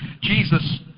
Jesus